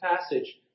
passage